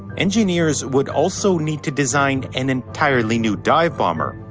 engineers would also need to design an entirely new dive bomber.